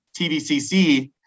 TVCC